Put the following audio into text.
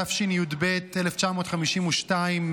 התשי"ב 1952,